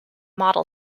model